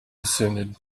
descended